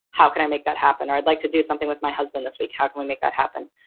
how can i make that happen? or i'd like to do something with my husband this week. how can we make that happen?